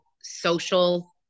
social